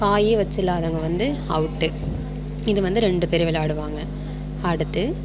காயே வச்சுல்லாதவங்க வந்து அவுட்டு இது வந்து ரெண்டு பேர் விளாடுவாங்க அடுத்து